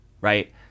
right